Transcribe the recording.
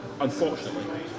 Unfortunately